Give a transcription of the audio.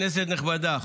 כנסת נכבדה,